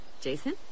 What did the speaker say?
Jason